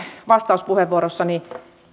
vastauspuheenvuorossanikin